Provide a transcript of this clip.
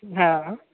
हँ